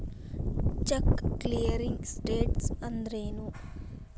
Check clearing status ಅಂದ್ರೇನು?